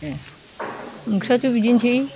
ओंख्रियाथ' बिदिनोसै